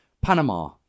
Panama